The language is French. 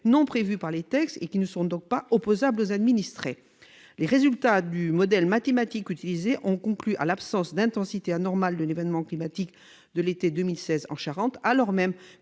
non prévus par les textes et qui n'étaient donc pas opposables aux administrés. Les résultats du modèle mathématique utilisé concluent à l'absence d'intensité anormale de l'événement climatique de l'été 2016 en Charente, alors même